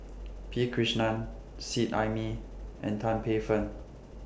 P Krishnan Seet Ai Mee and Tan Paey Fern